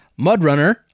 Mudrunner